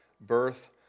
Birth